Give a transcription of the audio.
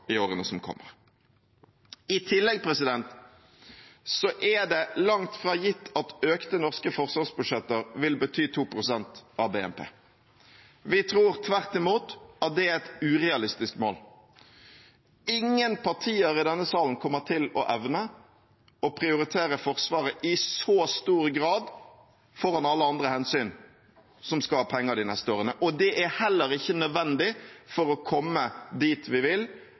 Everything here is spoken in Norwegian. i årene som kommer. I tillegg er det langt fra gitt at økte norske forsvarsbudsjetter vil bety 2 pst. av BNP. Vi tror tvert imot at det er et urealistisk mål. Ingen partier i denne salen kommer til å evne i så stor grad å prioritere Forsvaret foran alle andre hensyn som skal ha penger de neste årene, og det er heller ikke nødvendig for å komme dit vi vil: